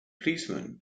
policeman